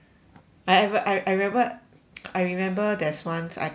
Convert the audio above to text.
I ever I I remember I remember there's once I I called